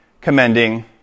commending